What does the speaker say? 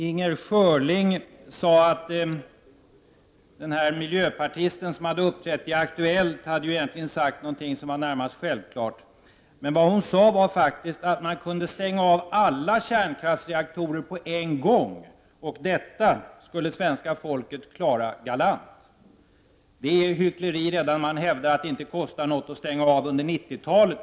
Inger Schörling sade att den miljöpartist som uppträdde i Aktuellt egentligen hade sagt något som var närmast självklart. Men vad hon sade var faktiskt att man kunde stänga av alla kärnkraftsreaktorer på en gång, och detta skulle svenska folket klara galant. Det är hyckleri redan att hävda att det inte kostar något att stänga av kärnkraftsreaktorer under 90-talet.